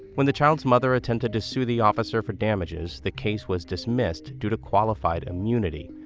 when the child's mother attempted to sue the officer for damages the case was dismissed due to qualified immunity,